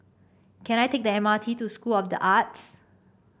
can I take the M R T to School of the Arts